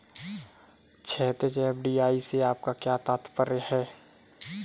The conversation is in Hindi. क्षैतिज, एफ.डी.आई से आपका क्या तात्पर्य है?